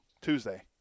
Tuesday